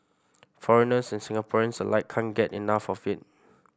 foreigners and Singaporeans alike can't get enough of it